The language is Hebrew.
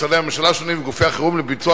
משרדי הממשלה השונים וגופי החירום לביצוע